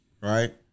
Right